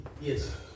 Yes